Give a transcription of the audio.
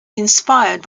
inspired